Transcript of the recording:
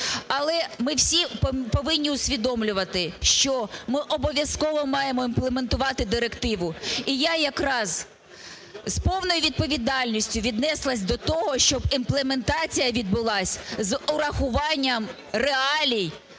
Але ми всі повинні усвідомлювати, що ми обов'язково маємо імплементувати директиву. І я якраз з повною відповідальністю віднеслася до того, щоб імплементація відбулася з урахуванням реалій